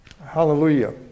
hallelujah